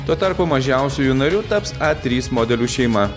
tuo tarpu mažiausiuoju nariu taps a trys modelių šeima